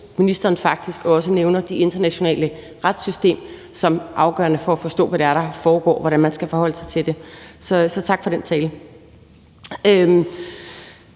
også nævner det internationale retssystem som afgørende for at forstå, hvad det er, der foregår,